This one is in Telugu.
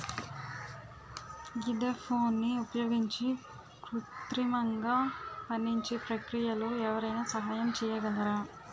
ఈథెఫోన్ని ఉపయోగించి కృత్రిమంగా పండించే ప్రక్రియలో ఎవరైనా సహాయం చేయగలరా?